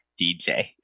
DJ